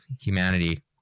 humanity